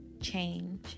change